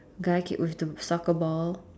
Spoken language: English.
guy keep with the soccer ball